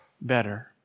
better